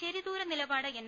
ശരിദൂര നിലപാട് എൻ